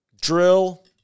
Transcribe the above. drill